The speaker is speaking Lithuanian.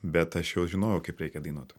bet aš jau žinojau kaip reikia dainuot